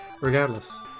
Regardless